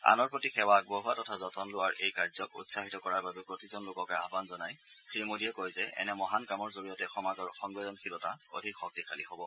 আনৰ প্ৰতি সেৱা আগবঢ়োৱা তথা যতন লোৱাৰ এই কাৰ্যক উৎসাহিত কৰাৰ বাবে প্ৰতিজন লোককে আহান জনাই শ্ৰীমোদীয়ে কয় যে এনে মহান কামৰ জৰিয়তে সমাজৰ সংবেদনশীলতা অধিক শক্তিশালী হব